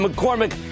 McCormick